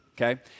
okay